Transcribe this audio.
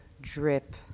drip